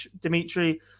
Dimitri